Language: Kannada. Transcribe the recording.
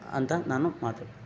ಅಂತ ನಾನು ಮಾತು